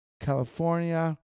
California